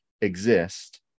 exist